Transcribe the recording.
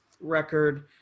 record